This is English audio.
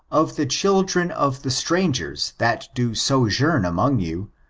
of the children of the strangers that do sojourn among you,